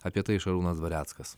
apie tai šarūnas dvareckas